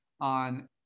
on